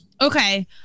Okay